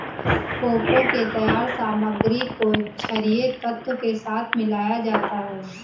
cocoa के तैयार सामग्री को छरिये तत्व के साथ मिलाया जाता है